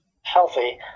healthy